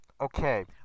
okay